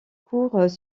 cours